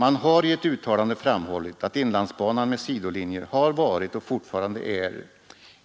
Man har i ett uttalande framhållit att inlandsbanan med sidolinjer har varit och fortfarande är